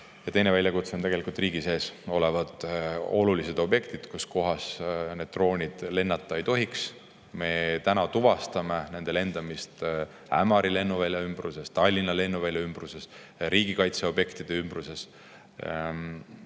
ja teine väljakutse on tegelikult riigi sees olevad olulised objektid, [mille läheduses] droonid lennata ei tohiks. Me tuvastame nende lendamist Ämari lennuvälja ümbruses, Tallinna lennuvälja ümbruses, riigikaitseobjektide ümbruses.